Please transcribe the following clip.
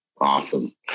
Awesome